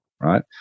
right